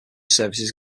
services